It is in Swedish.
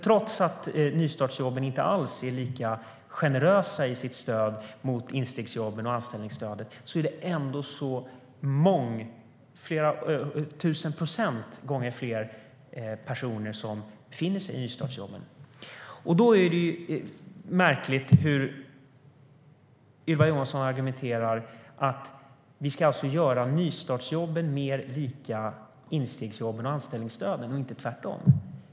Trots att nystartsjobben inte alls är lika generösa i sitt stöd jämfört med instegsjobben och anställningsstödet är det flera tusen procent fler personer som befinner sig i nystartsjobben. Då är det märkligt att Ylva Johansson argumenterar för att vi ska göra nystartsjobben mer lika instegsjobben och anställningsstöden och inte tvärtom.